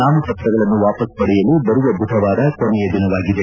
ನಾಮಪತ್ರಗಳನ್ನು ವಾಪಸ್ ಪಡೆಯಲು ಬರುವ ಬುಧವಾರ ಕೊನೆಯ ದಿನವಾಗಿದೆ